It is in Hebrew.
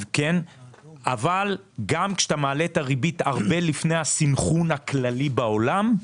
אבל גם כשאתה מעלה את הריבית הרבה לפני הסנכרון הכללי בעולם,